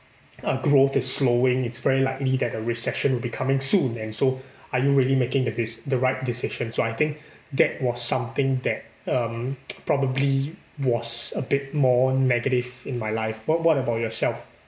uh growth is slowing it's very likely that a recession will be coming soon and so are you really making the dec~ the right decision so I think that was something that um probably was a bit more negative in my life what what about yourself